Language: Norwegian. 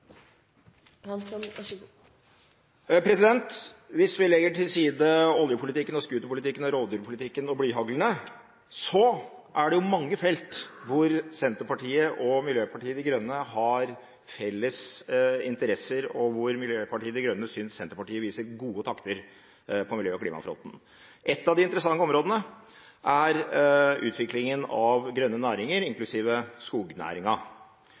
Hvis vi legger til side oljepolitikken og scooterpolitikken og rovdyrpolitikken og blyhaglene, er det mange felt hvor Senterpartiet og Miljøpartiet De Grønne har felles interesser, og hvor Miljøpartiet De Grønne synes Senterpartiet viser gode takter på miljø- og klimafronten. Ett av de interessante områdene er utviklingen av grønne næringer,